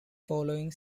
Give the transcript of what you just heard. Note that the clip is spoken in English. following